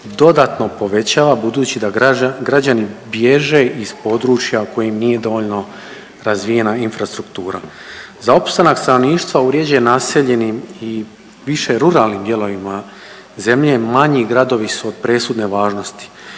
dodatno povećava budući da građani bježe iz područja koje im nije dovoljno razvijena infrastruktura. Za opstanak stanovništva u riješe naseljenim i više ruralnim dijelovima zemlje manji gradovi su od presudne važnosti,